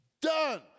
Done